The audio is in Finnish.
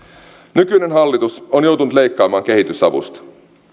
nykyinen hallitus on joutunut leikkaamaan kehitysavusta